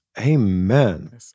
Amen